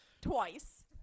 Twice